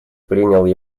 принял